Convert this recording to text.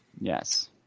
Yes